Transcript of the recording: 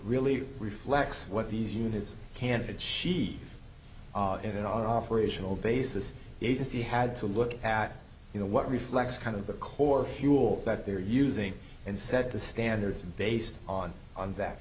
really reflects what these units can achieve in an operational basis agency had to look at you know what reflects kind of the core fuel that they're using and set the standards based on on that